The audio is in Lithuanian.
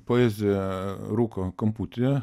poezija rūko kamputyje